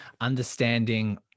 understanding